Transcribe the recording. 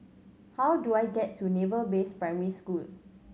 how do I get to Naval Base Primary School